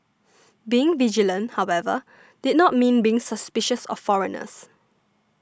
being vigilant however did not mean being suspicious of foreigners